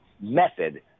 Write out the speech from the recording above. method